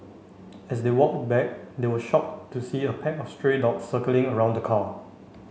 as they walked back they were shocked to see a pack of stray dogs circling around the car